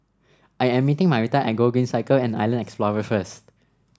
I am meeting Marita at Gogreen Cycle and Island Explorer first